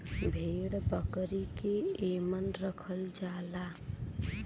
भेड़ बकरी के एमन रखल जाला